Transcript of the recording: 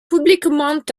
publiquement